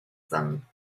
them